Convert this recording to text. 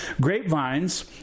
grapevines